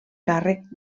càrrec